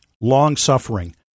long-suffering